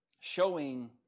showing